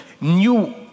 new